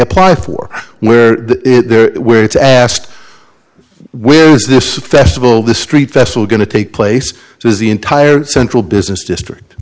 apply for where there where it's asked where is this festival the street festival going to take place so is the entire central business district